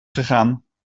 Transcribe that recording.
gegaan